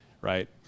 right